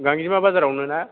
गांजिमा बाजाराव नोना